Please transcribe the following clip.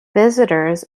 visitors